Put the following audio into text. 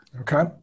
Okay